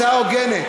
הצעה הוגנת,